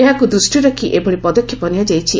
ଏହାକୁ ଦୃଷ୍ଟିରେ ରଖି ଏଭଳି ପଦକ୍ଷେପ ନିଆଯାଇଛି